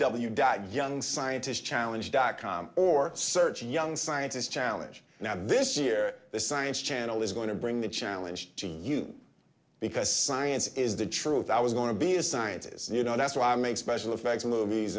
w dot young scientists challenge dot com or search a young scientist challenge now this year the science channel is going to bring the challenge to you because science is the truth i was going to be a scientist you know that's why i make special effects movies